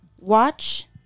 Watch